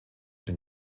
den